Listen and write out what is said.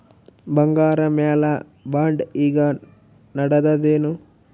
ಬಂಗಾರ ಮ್ಯಾಲ ಬಾಂಡ್ ಈಗ ನಡದದೇನು?